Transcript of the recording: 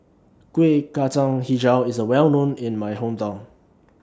Kueh Kacang Hijau IS A Well known in My Hometown